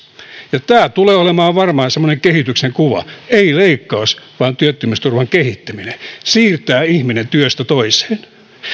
tämä tulee varmaan olemaan semmoinen kehityksen kuva ei leikkaus vaan työttömyysturvan kehittäminen siirtää ihminen työstä toiseen